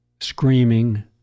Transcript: screaming